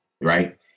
right